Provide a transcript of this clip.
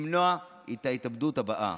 למנוע את ההתאבדות הבאה.